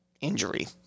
injury